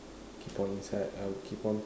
keep on inside I will keep on